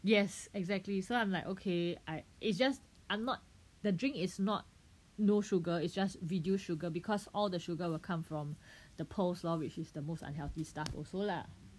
yes exactly so I'm like okay I it's just I'm not the drink is not no sugar it's just reduced sugar because all the sugar will come from the pearls lor which is the most unhealthy stuff also lah